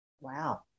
Wow